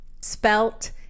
Spelt